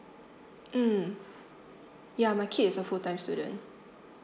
mm ya my kid is a full time student